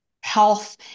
health